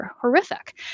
horrific